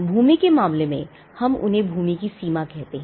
भूमि के मामले में हम उन्हें भूमि की सीमा कहते हैं